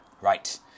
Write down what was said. Right